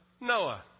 Noah